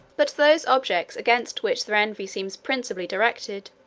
but those objects against which their envy seems principally directed,